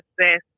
success